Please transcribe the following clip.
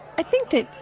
i think that,